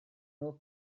nhw